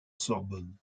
sorbonne